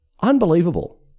Unbelievable